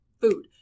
food